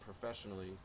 professionally